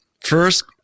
first